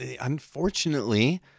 Unfortunately